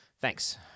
Thanks